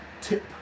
tip